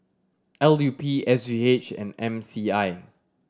L U P S G H and M C I